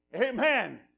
Amen